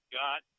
got